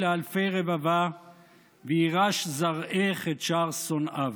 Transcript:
לאלפי רבבה וירש זרעך את שער שֹׂנאיו".